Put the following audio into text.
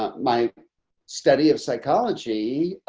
um my study of psychology,